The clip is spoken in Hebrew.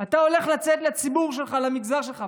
אתה הולך לצאת לציבור שלך, למגזר שלך.